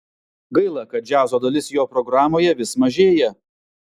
gaila kad džiazo dalis jo programoje vis mažėja